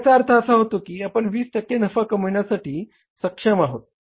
तर याचा अर्थ असा होतो की आपण 20 टक्के नफा कामविण्यास सक्षम आहोत